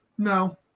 No